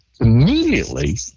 immediately